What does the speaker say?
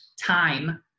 time